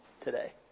today